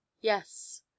yes